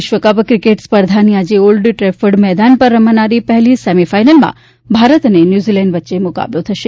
વિશ્વકપ ક્રિકેટ સ્પર્ધાની આજે ઓલ્ડ ટ્રેફર્ડ મેદાન ઉપર રમાનારી પહેલી સેમી ફાઇનલમાં ભારત અને ન્યુઝીલેન્ડ વચ્ચે મુકાબલો થશે